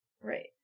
Right